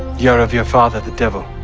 ye are of your father the devil.